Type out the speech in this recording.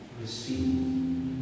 receive